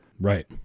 Right